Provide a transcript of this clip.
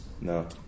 no